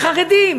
החרדים,